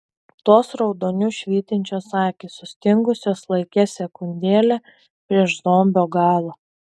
tos raudoniu švytinčios akys sustingusios laike sekundėlę prieš zombio galą